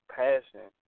passion